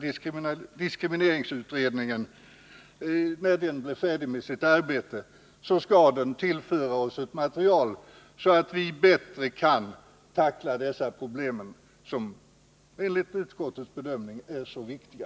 diskrimineringsutredningen, när den blir färdig med sitt arbete, skall tillföra oss ett sådant material att vi bättre kan tackla dessa problem, som alltså enligt utskottets bedömning är mycket viktiga.